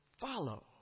follow